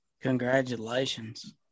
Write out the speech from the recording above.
Congratulations